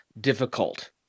difficult